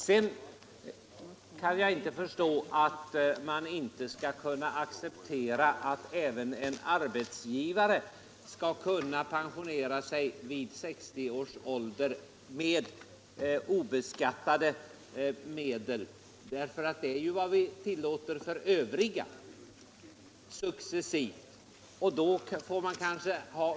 Sedan kan jag inte förstå varför man inte skall kunna acceptera att även en arbetsgivare skall kunna pensionera sig vid 60 års ålder med obeskattade medel. Det är ju vad vi successivt tillåter för övriga, och då bör vi väl ha ungefär samma regler även i detta fall.